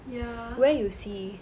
ya